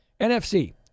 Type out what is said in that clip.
NFC